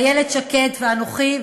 איילת שקד ואנוכי,